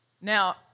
Now